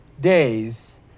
days